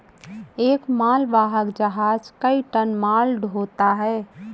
एक मालवाहक जहाज कई टन माल ढ़ोता है